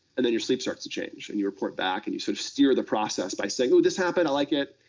and then your sleep starts to change, and you report back, and you sort of steer the process by saying, ooh, this happened. i like it.